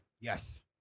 Yes